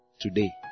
today